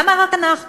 למה רק אנחנו?